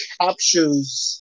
captures